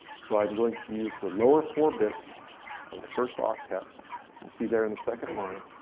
so i'm going to use the lower four bits of the first octet you see there in the second line,